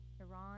Iran